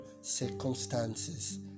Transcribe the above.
circumstances